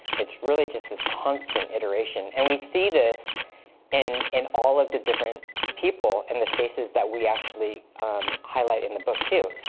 it's really just this constant iteration. and we see this in in all of the different people and the spaces that we actually highlight in the book, too.